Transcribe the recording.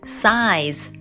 size